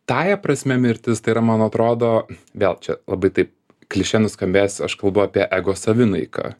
tąja prasme mirtis tai yra man atrodo vėl čia labai tai kliše nuskambės aš kalbu apie ego savinaiką